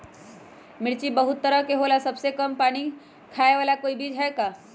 मिर्ची बहुत तरह के होला सबसे कम पानी खाए वाला कोई बीज है का?